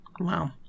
Wow